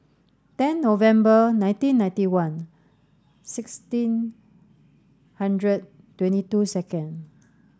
ten November nineteen ninety one sixteen hundred twenty two second